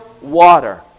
water